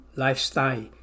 lifestyle